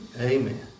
Amen